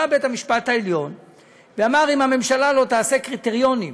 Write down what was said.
בית-המשפט העליון אמר: אם הממשלה לא תעשה קריטריונים